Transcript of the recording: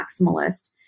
maximalist